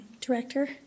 director